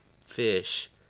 fish